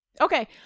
Okay